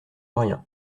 rien